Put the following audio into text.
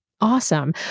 Awesome